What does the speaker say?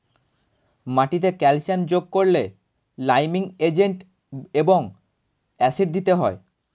মাটিতে ক্যালসিয়াম যোগ করলে লাইমিং এজেন্ট এবং অ্যাসিড দিতে হয়